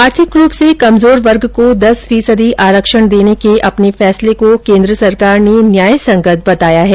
आर्थिक रूप से कमजोर वर्ग को दस फीसदी आरक्षण देने के अपने फैसले को केन्द्र सरकार ने न्यायसंगत बताया है